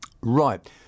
Right